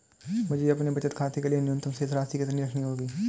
मुझे अपने बचत खाते के लिए न्यूनतम शेष राशि कितनी रखनी होगी?